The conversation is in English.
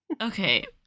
Okay